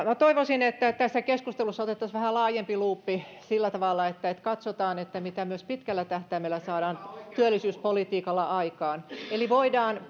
minä toivoisin että tässä keskustelussa otettaisiin vähän laajempi luuppi sillä tavalla että katsotaan että mitä myös pitkällä tähtäimellä saadaan työllisyyspolitiikalla aikaan voidaan